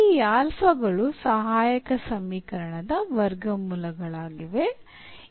ಅಲ್ಲಿ ಈ ಆಲ್ಫಾಗಳು ಸಹಾಯಕ ಸಮೀಕರಣದ ಮೂಲವರ್ಗಗಳಾಗಿವೆ